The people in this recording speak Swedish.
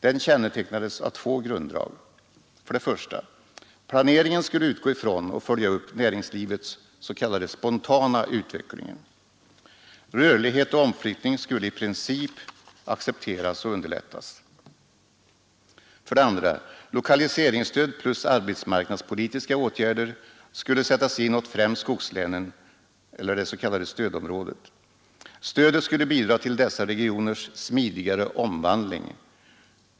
Den kännetecknades av två grunddrag: 1. Planeringen skulle utgå ifrån och följa upp näringslivets ”spontana” utveckling. Rörlighet och omflyttning skulle i princip accepteras och underlättas. 2. Lokaliseringsstöd plus arbetsmarknadspolitiska åtgärder skulle sättas in mot främst skogslänen eller det s.k. stödområdet. Stödet skulle bidra till dessa regioners smidigare omvandling.